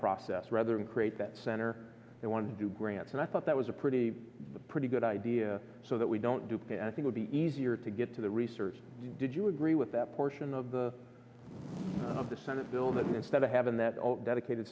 process rather than create that center they want to do grants and i thought that was a pretty pretty good idea so that we don't do pay i think would be easier to get to the research did you agree with that portion of the of the senate bill that instead of having that all dedicated